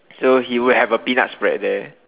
so he would have a peanut spread there